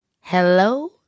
hello